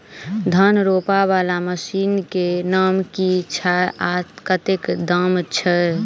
धान रोपा वला मशीन केँ नाम की छैय आ कतेक दाम छैय?